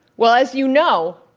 well, as you know,